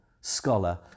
scholar